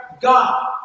God